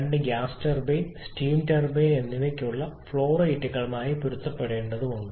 രണ്ട് gas turbine steam turbine എന്നിവയ്ക്കുള്ള flow റേറ്റുകൾ പൊരുത്തപ്പെടേണ്ടതുണ്ട്